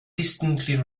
distantly